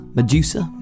Medusa